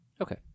Okay